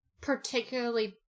particularly